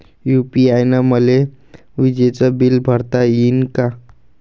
UPI न मले विजेचं बिल भरता यीन का?